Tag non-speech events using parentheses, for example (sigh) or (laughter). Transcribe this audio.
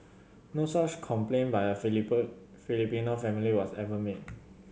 no such complaint by a (unintelligible) Filipino family was ever made